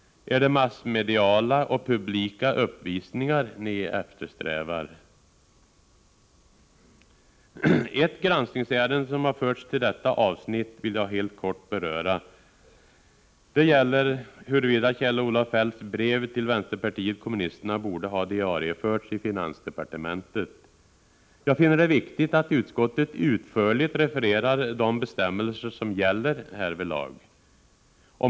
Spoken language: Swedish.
Är det massmediala och publika uppvisningar ni eftersträvar? Ett granskningsärende som har förts till detta avsnitt vill jag helt kort beröra. Det gäller huruvida Kjell-Olof Feldts brev till vänsterpartiet kommunisterna borde ha diarieförts i finansdepartementet. Jag finner det viktigt att utskottet utförligt refererar de bestämmelser som gäller härvidlag.